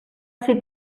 ser